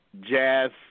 jazz